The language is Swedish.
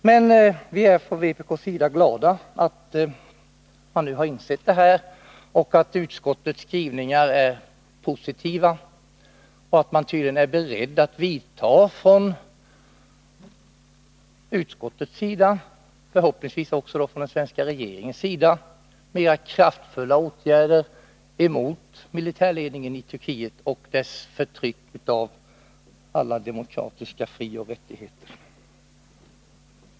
Men vi är från vpk:s sida glada att man nu har insett detta, att utskottets skrivningar är positiva och att utskottet — och förhoppningsvis då också den svenska regeringen — är berett att vidta mer kraftfulla åtgärder mot militärledningen i Turkiet och dess förtryck av alla demokratiska frioch rättigheter.